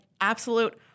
absolute